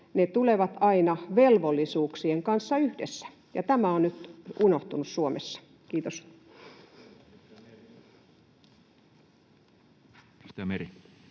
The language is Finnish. ne tulevat aina velvollisuuksien kanssa yhdessä, ja tämä on nyt unohtunut Suomessa. — Kiitos.